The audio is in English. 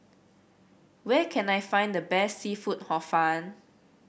where can I find the best seafood Hor Fun